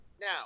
Now